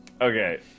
Okay